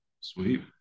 sweet